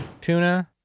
tuna